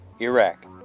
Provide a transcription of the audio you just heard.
Iraq